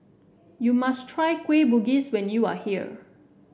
you must try Kueh Bugis when you are here